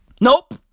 Nope